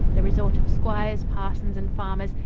the resort of squires, parsons and farmers,